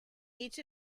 each